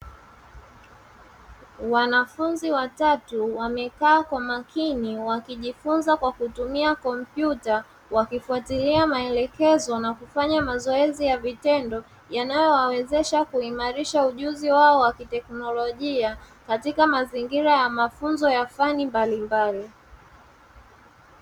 Wanafunzi watatu wamekaa kwa makini wakijifunza kwa kutumia kompyuta, wakifuatilia maelekezo na kufanya mazoezi kwa vitendo yanayowawezesha kuimarisha ujuzi wao wa kiteknolojia, katika mazingira ya mafunzo ya fani mbalimbali.